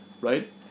right